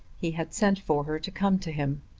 he had sent for her to come to him.